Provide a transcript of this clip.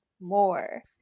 more